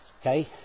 okay